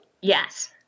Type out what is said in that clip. Yes